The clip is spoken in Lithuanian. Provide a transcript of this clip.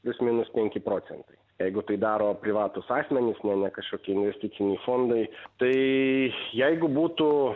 plius minus penki procentai jeigu tai daro privatūs asmenys ne ne kažkoki investiciniai fondai tai jeigu būtų